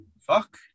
fuck